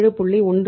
1 ஆகும்